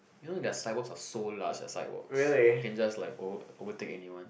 you know their sidewalks are so large their sidewalks you can just like over overtake anyone